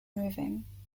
moving